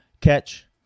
catch